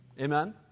Amen